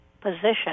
position